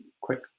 quick